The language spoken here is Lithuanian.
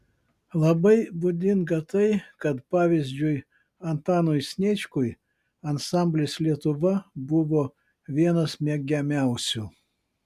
labai būdinga tai kad pavyzdžiui antanui sniečkui ansamblis lietuva buvo vienas mėgiamiausių